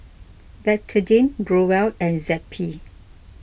Betadine Growell and Zappy